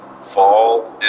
Fall